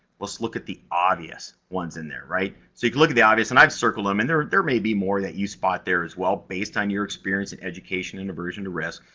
let's look at the obvious ones in there, right. so, you can look at the obvious and i've circled them, and there there may be more that you spot there as well, based on your experience in education and aversion to risk,